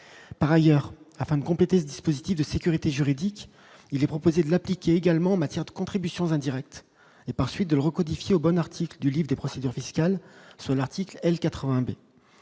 par ailleurs afin de compléter ce dispositif de sécurité juridique, il est proposé de l'appliquer également en matière de contribution indirecte et par suite de l'recodification article du Live, des procédures fiscales seul article L-80